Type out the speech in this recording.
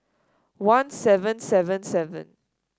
one seven seven seven